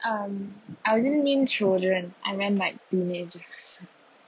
um I didn't mean children I meant like teenagers